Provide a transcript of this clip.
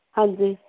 ਹਾਂਜੀ